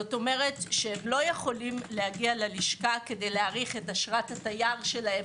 כלומר הם לא יכולים להגיע ללשכה כדי להאריך את אשרת התייר שלהם